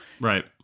Right